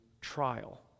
trial